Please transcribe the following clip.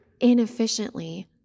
inefficiently